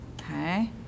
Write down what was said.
okay